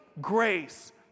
grace